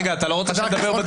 אתה לא רוצה שנדבר?